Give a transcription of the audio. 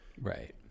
right